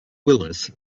willis